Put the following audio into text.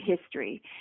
history